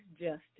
justice